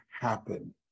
happen